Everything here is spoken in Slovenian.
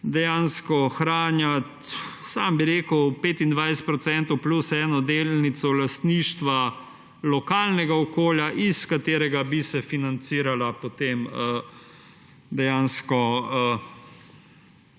dejansko ohranjati, sam bi rekel, 25 procentov plus eno delnico lastništva lokalnega okolja, iz katerega bi se financiralo potem dejansko